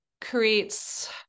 creates